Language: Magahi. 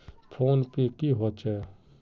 फ़ोन पै की होचे?